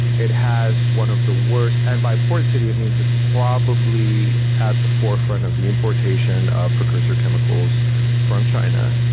it has one of the worst and andby port city. it means it's probably at the forefront of the importation of precursor chemicals from china,